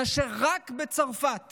כאשר רק בצרפת